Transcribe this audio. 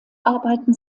arbeiten